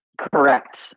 Correct